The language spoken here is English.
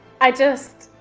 i just,